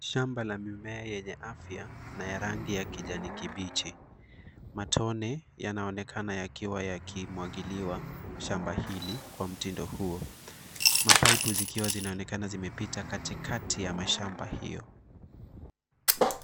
Shamba la mimea yenye afya na ya rangi ya kijani kibichi, matone yanaonekana yakiwa yaki mwangaliwa shamba hili kwa mtindo huo. Mapyapu yakionekana kupita katikati ya mashamba hio.